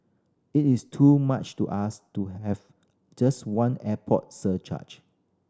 it is too much to ask to have just one airport surcharge